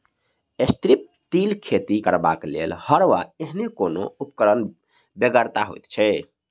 strip till खेती करबाक लेल हर वा एहने कोनो उपकरणक बेगरता होइत छै